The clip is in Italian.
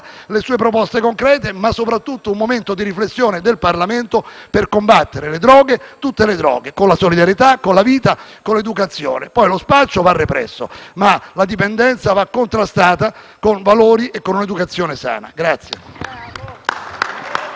le sue proposte concrete, ma soprattutto come momento di riflessione del Parlamento per combattere le droghe, tutte le droghe, con la solidarietà, con la vita, con l'educazione. Lo spaccio va represso, ma la dipendenza va contrastata con valori e un'educazione sana.